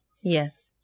Yes